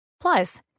Plus